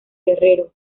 guerrero